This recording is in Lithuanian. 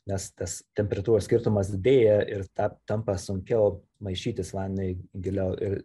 nes tas temperatūrų skirtumas didėja ir tap tampa sunkiau maišytis vaniui giliau ir